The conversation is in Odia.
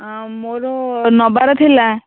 ଆଁ ମୋର ନବାର ଥିଲା